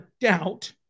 doubt